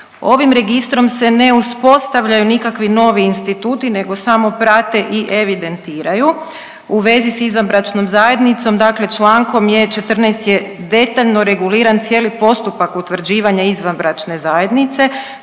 Ovim registrom se ne uspostavljaju nikakvi novi instituti nego samo prate i evidentiraju. U vezi s izvanbračnom zajednicom, dakle člankom je 14. je detaljno reguliran cijeli postupak utvrđivanja izvanbračne zajednice